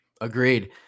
Agreed